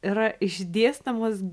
yra išdėstomos